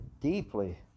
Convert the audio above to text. deeply